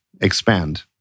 expand